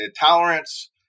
tolerance